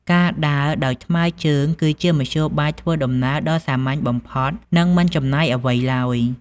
ការដើរដោយថ្មើរជើងគឺជាមធ្យោបាយធ្វើដំណើរដ៏សាមញ្ញបំផុតនិងមិនចំណាយអ្វីឡើយ។